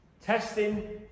Testing